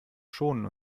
schonen